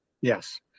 Yes